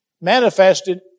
manifested